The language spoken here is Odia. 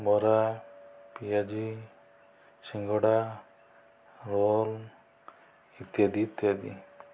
ବରା ପିଆଜି ସିଙ୍ଗଡ଼ା ରୋଲ ଇତ୍ୟାଦି ଇତ୍ୟାଦି